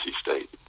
State